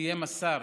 שקיים השר